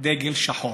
דגל שחור.